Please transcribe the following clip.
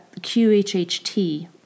QHHT